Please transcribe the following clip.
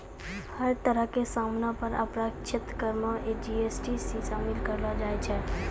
हर तरह के सामानो पर अप्रत्यक्ष कर मे जी.एस.टी शामिल करलो जाय छै